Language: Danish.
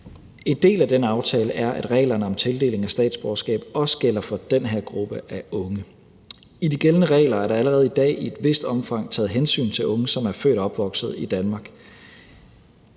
En del af den aftale er, at reglerne om tildeling af statsborgerskab også gælder for den her gruppe af unge. I de gældende regler er der allerede i dag i et vist omfang taget hensyn til unge, som er født og opvokset i Danmark.